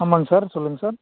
ஆமாம்ங்க சார் சொல்லுங்கள் சார்